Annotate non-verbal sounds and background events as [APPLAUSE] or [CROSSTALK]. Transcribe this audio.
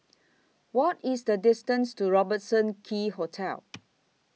What IS The distance to Robertson Quay Hotel [NOISE]